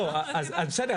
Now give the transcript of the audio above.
לא, בסדר.